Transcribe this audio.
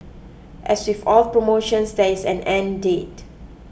as with all promotions there is an end date